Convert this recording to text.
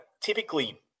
typically